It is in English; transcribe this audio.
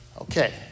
Okay